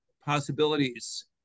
possibilities